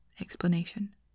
explanation